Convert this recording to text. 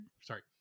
sorry